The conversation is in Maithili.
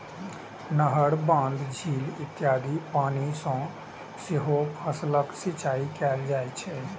नहर, बांध, झील इत्यादिक पानि सं सेहो फसलक सिंचाइ कैल जाइ छै